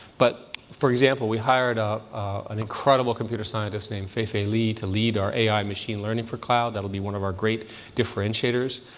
but, for example, we hired a an incredible computer scientist named fei-fei li to lead our ai machine learning for cloud. that will be one of our great differentiators.